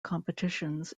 competitions